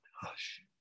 Hush